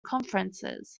conferences